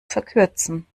verkürzen